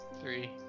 three